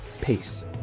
Peace